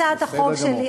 בסדר גמור.